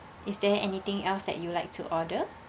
is there anything else that you like to order